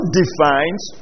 defines